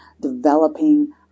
developing